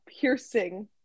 piercing